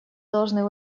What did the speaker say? должны